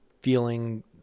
feeling